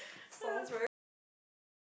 sounds very royal